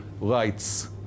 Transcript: rights